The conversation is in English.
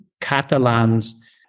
Catalans